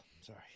sorry